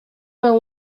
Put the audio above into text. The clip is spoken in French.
vingt